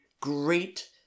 Great